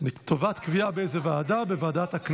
אין מתנגדים ואין נמנעים.